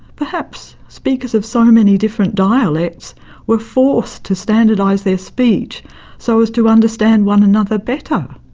perhaps speakers of so many different dialects were forced to standardise their speech so as to understand one another better.